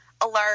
alert